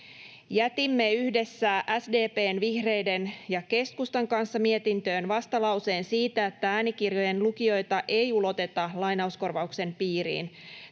Jätimme yhdessä SDP:n, vihreiden ja keskustan kanssa mietintöön vastalauseen siitä, että äänikirjojen lukijoita ei uloteta lainauskorvauksen piiriin.